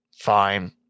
fine